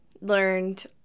learned